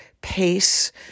pace